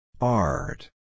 Art